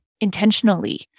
intentionally